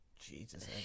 Jesus